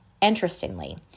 Interestingly